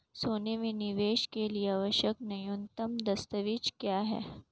सोने में निवेश के लिए आवश्यक न्यूनतम दस्तावेज़ क्या हैं?